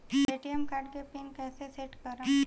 ATM card के pin कैसे set करम?